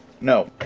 No